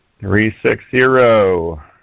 Three-six-zero